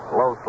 low